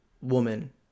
woman